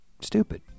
stupid